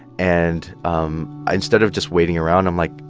and um instead of just waiting around, i'm like,